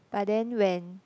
but then when